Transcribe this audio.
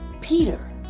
Peter